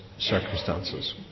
circumstances